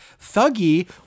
Thuggy